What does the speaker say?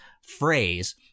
phrase